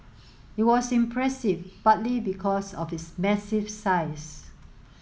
it was impressive partly because of its massive size